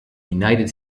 united